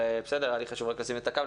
היה לי חשוב לשים את הקו,